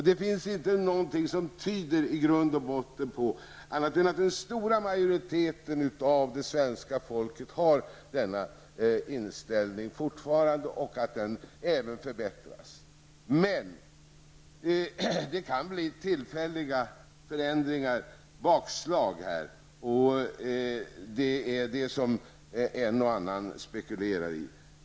Det finns i grund och botten inte något som tyder på annat än att den stora majoriteten av svenska folket fortfarande har denna positiva inställning och att den även förbättrats. Men det kan ske tillfälliga förändringar, och även bakslag, vilket en och annan spekulerar i.